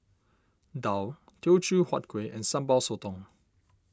Daal Teochew Huat Kuih and Sambal Sotong